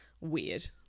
weird